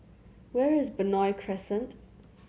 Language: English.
where is Benoi Crescent